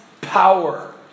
power